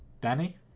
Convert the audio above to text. Danny